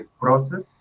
process